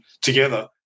together